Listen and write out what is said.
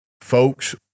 Folks